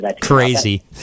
crazy